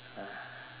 well